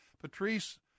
Patrice